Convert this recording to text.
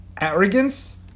Arrogance